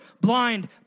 blind